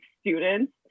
students